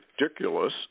ridiculous